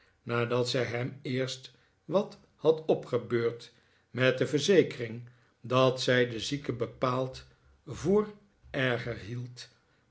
nadat zij hem eerst wat had opgebeurd met de verzekering dat zij de zieke bepaald voor erger hield